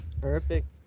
Perfect